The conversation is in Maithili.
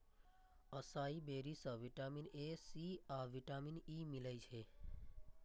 असाई बेरी सं विटामीन ए, सी आ विटामिन ई मिलै छै